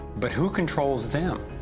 but who controlls them?